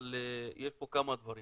אבל יש פה כמה דברים.